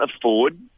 afford